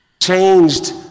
changed